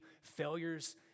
failures